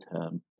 term